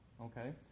okay